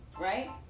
right